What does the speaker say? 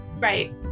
Right